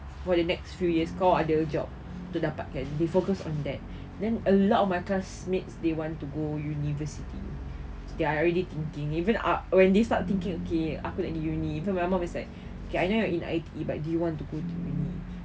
for the next few years kau ada job untuk dapatkan they focus on that then a lot of my classmates they want to go university there are already thinking even up when they start thinking okay aku nak pergi uni from my mind is like okay I know I'm in I_T_E but do you want to go to uni